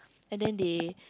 and then they